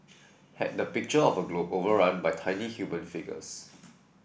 had the picture of a globe overrun by tiny human figures